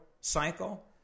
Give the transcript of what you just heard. cycle